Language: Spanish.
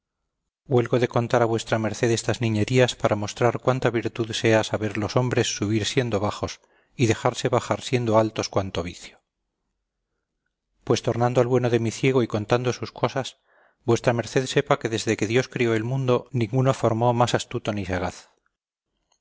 huelgo de contar a v m estas niñerías para mostrar cuánta virtud sea saber los hombres subir siendo bajos y dejarse bajar siendo altos cuánto vicio pues tornando al bueno de mi ciego y contando sus cosas v m sepa que desde que dios crió el mundo ninguno formó más astuto ni sagaz